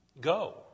go